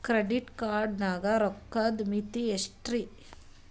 Credit card ಗ ರೋಕ್ಕದ್ ಮಿತಿ ಎಷ್ಟ್ರಿ?